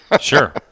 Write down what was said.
Sure